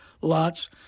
lots